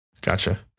Gotcha